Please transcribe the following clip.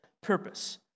purpose